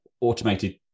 automated